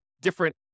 different